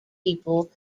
people